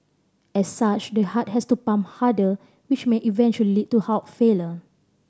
as such the heart has to pump harder which may eventually lead to heart failure